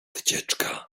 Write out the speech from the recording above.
wycieczka